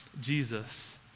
Jesus